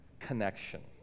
connection